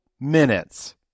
minutes